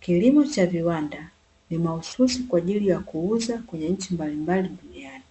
Kilimo cha viwanda ni mahususi kwa ajili ya kuuza kwenye nchi mbalimbali duniani.